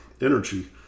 energy